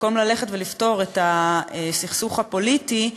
במקום ללכת ולפתור את הסכסוך הפוליטי,